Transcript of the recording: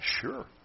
Sure